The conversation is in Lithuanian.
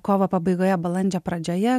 kovo pabaigoje balandžio pradžioje